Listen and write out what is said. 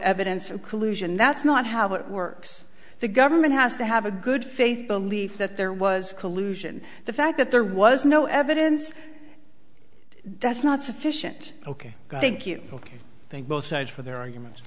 evidence of collusion that's not how it works the government has to have a good faith belief that there was collusion the fact that there was no evidence that's not sufficient ok thank you ok thank both sides for their argument